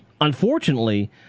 unfortunately